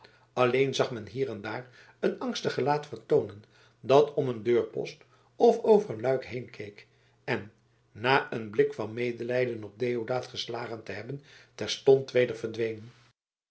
alleen zag men zich hier en daar een angstig gelaat vertoonen dat om een deurpost of over een luik heenkeek en na een blik van medelijden op deodaat geslagen te hebben terstond weder verdween